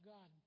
God